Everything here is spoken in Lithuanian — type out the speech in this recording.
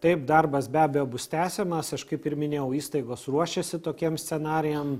taip darbas be abejo bus tęsiamas aš kaip ir minėjau įstaigos ruošiasi tokiem scenarijam